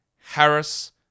Harris